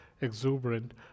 exuberant